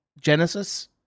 genesis